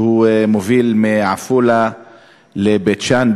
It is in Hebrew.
שמוביל מעפולה לבית-שאן.